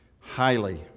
Highly